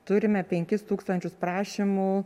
turime penkis tūkstančius prašymų